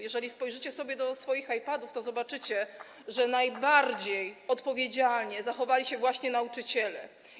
Jeżeli zajrzycie do swoich i-padów, to zobaczycie, że najbardziej odpowiedzialnie zachowali się właśnie nauczyciele.